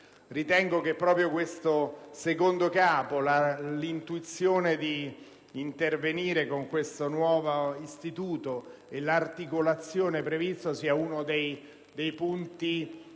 Ritengo che proprio questo Capo II, l'intuizione di intervenire con questo nuovo istituto e l'articolazione prevista, sia uno dei punti